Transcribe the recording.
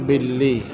بلّی